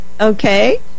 Okay